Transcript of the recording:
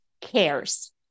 cares